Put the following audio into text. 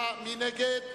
מי נגד?